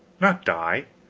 not die.